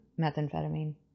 methamphetamine